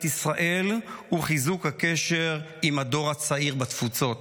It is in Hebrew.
ישראל הוא חיזוק הקשר עם הדור הצעיר בתפוצות.